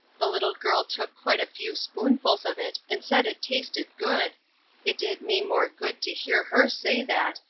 the little girl took quite a few spoonfuls of it and said it tasted good it did me more good to hear her say that,